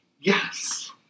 Yes